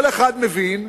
כל אחד מבין,